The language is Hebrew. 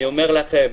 אני אומר לכם: